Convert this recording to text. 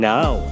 Now